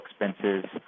expenses